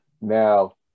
Now